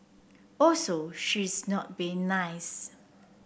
also she is not being nice